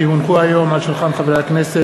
כי הונחו היום על שולחן הכנסת,